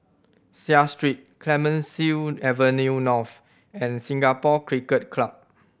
Seah Street Clemenceau Avenue North and Singapore Cricket Club